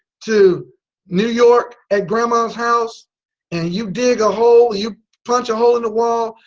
to new york at grandmas house and you dig a hole, you punch a hole in the wall,